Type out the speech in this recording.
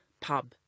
pub